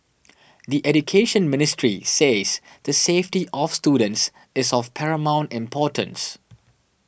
the Education Ministry says the safety of students is of paramount importance